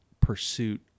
pursuit